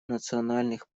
национальных